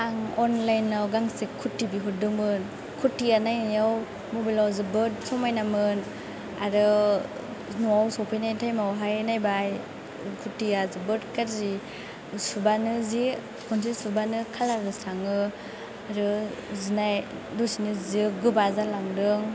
आं अनलाइन आव गांसे खुरथि बिहरदोंमोन खुरथिया नायनायाव मबाइल आव जोबोर समाइनामोन आरो न'आव सफैनाय टाइम आवहाय नायबाय खुरथिया जोबोर गाज्रि सुबानो जि खनसे सुबानो कालार सो थाङो आरो जिनाय दसेनो जियो गोबा जालांदों